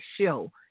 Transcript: show